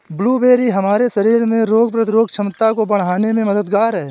blueberry हमारे शरीर में रोग प्रतिरोधक क्षमता को बढ़ाने में मददगार है